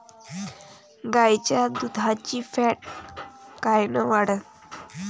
गाईच्या दुधाची फॅट कायन वाढन?